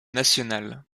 nationale